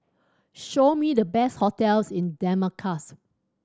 show me the best hotels in Damascus